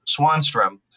Swanstrom